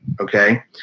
okay